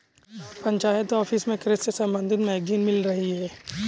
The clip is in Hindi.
पंचायत ऑफिस में कृषि से संबंधित मैगजीन मिल रही है